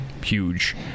Huge